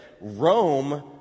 Rome